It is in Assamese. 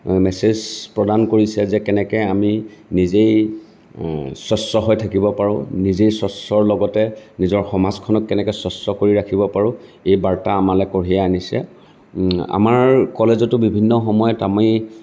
মেছেজ প্ৰদান কৰিছে যে কেনেকে আমি নিজেই স্বচ্ছ হৈ থাকিব পাৰোঁ নিজে স্বচ্ছ হৈ থকাৰ লগতে নিজৰ সমাজখনক কেনেকৈ স্বচ্ছ কৰি ৰাখিব পাৰোঁ এই বাৰ্তা আমালৈ কঢ়িয়াই আনিছে আমাৰ কলেজতো বিভিন্ন সময়ত আমি